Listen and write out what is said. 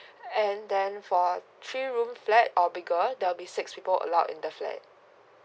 and then for three room flat or bigger there'll be six people allowed in the flat